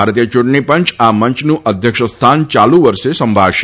ભારતીય ચૂંટણી પંચ આ મંચનું અધ્યક્ષ સ્થાન ચાલુ વર્ષે સંભાળશે